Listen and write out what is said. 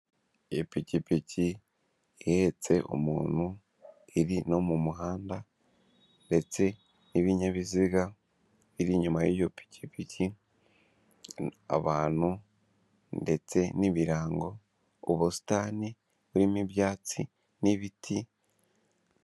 Ipikipiki ihetse umuntu iri no mu muhanda ndetse n'ibinyabiziga biri inyuma y'igipikipiki abantu ndetse n'ibirango ubusitani buririmo ibyatsi n'ibiti.